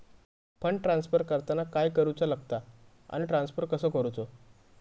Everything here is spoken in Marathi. फंड ट्रान्स्फर करताना काय करुचा लगता आनी ट्रान्स्फर कसो करूचो?